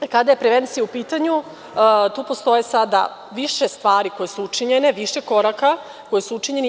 Kada je prevencija u pitanju, tu postoje sada više stvari koje su učinjene, više koraka, koji su učinjeni.